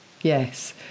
Yes